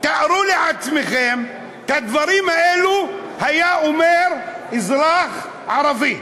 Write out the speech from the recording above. תארו לעצמכם שאת הדברים האלה היה אומר אזרח ערבי.